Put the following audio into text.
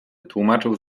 wytłumaczył